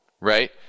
right